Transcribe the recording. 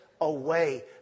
away